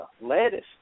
lettuce